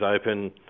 open